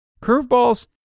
Curveballs